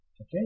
Okay